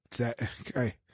okay